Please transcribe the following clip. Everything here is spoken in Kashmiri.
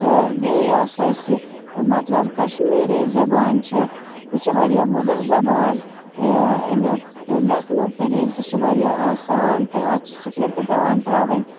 تہٕ بیٚیہِ یۄس اَسہِ یہِ مطلب کشمیٖری زبان چھےٚ یہِ چھِ واریاہ مُدٕر زبان دِقت اَمیُک تہٕ لیکھنُک طریٖق تہِ چھُ واریاہ آسان تہٕ اَتھ چھِ سِکرٛپٹ پٮ۪وان ترٛاوٕنۍ